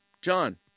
John